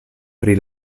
pri